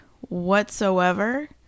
whatsoever